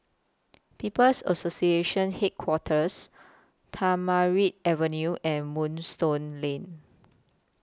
People's Association Headquarters Tamarind Avenue and Moonstone Lane